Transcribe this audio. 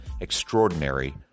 extraordinary